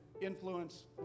influence